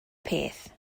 peth